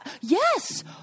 Yes